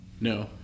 No